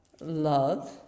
love